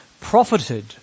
profited